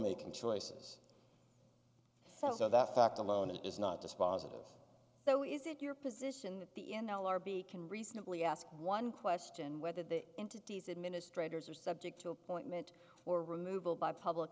making choices so that fact alone is not dispositive so is it your position that the n l r b can reasonably ask one question whether the entities administrators are subject to appointment or removal by public